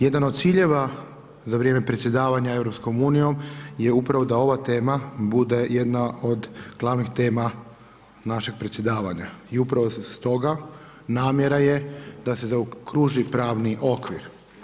Jedna od ciljeva za vrijeme predsjedavanja EU-om je upravo da ova tema bude jedna od glavnih tema našeg predsjedavanja i upravo stoga namjera je da se zaokruži pravni okvir.